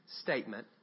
statement